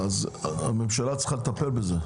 אז הממשלה צריכה לטפל בזה.